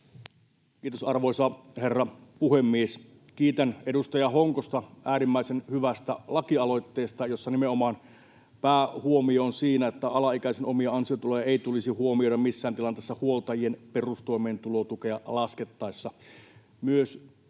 Kiitos, arvoisa herra puhemies! Kiitän edustaja Honkosta äärimmäisen hyvästä lakialoitteesta, jossa nimenomaan päähuomio on siinä, että alaikäisen omia ansiotuloja ei tulisi huomioida missään tilanteessa huoltajien perustoimeentulotukea laskettaessa.